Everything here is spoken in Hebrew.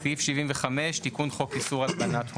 סעיף 75 תיקון חוק איסור הלבנת הון.